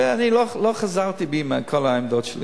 ואני לא חזרתי בי מכל העמדות שלי.